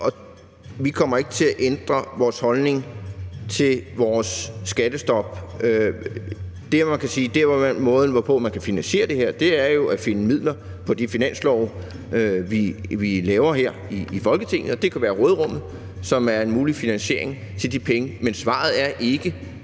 og vi kommer ikke til at ændre vores holdning til vores skattestop. Måden, hvorpå man kunne finansiere det her, er jo ved at finde midler på de finanslove, vi laver her i Folketinget, og det kan være råderummet, som er en mulig finansiering af forslaget, men svaret er ikke